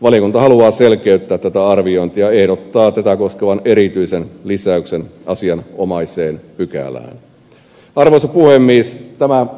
valiokunta haluaa selkeyttää tätä arviointia ja ehdottaa tätä koskevaa erityistä lisäystä asianomaiseen pykälään